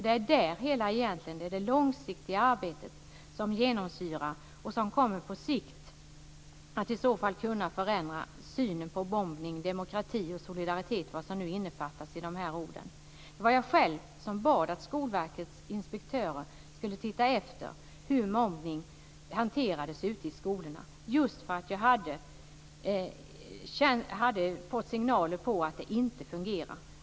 Det är egentligen det långsiktiga arbetet som genomsyrar detta och som på sikt i så fall kommer att kunna förändra synen på mobbning, demokrati och solidaritet och vad som innefattas i dessa ord. Det var jag själv som bad att Skolverkets inspektörer skulle ta reda på hur mobbning hanteras ute i skolorna just för att jag hade fått signaler om att det inte fungerade.